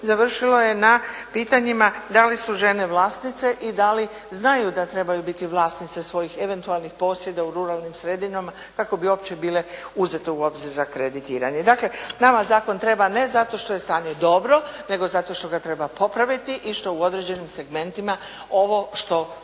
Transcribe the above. završilo je na pitanjima da li su žene vlasnice i da li znaju da trebaju biti vlasnice svojih eventualnih posjeda u ruralnim sredinama kako bi uopće bile uzete u obzir za kreditiranje. Dakle, nama zakon treba ne zato što je stanje dobro, nego zato što ga treba popraviti i što u određenim segmentima ovo što